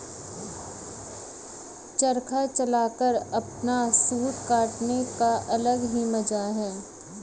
चरखा चलाकर अपना सूत काटने का अलग ही मजा है